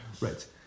Right